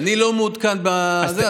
אני לא מעודכן בזה,